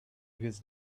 his